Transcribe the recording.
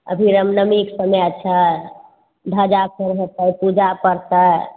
अभी रामनवमीक समय छै ध्वजा फहरेतै पूजा पड़तै